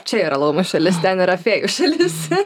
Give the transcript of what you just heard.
čia yra laumių šalis ten yra fėjų šalis